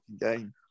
game